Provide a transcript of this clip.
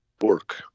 work